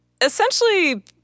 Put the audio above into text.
essentially